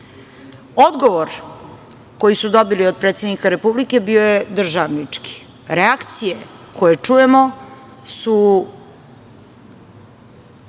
koji su dobili od predsednika Republike bio je državnički. Reakcije koje čujemo su,